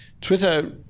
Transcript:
Twitter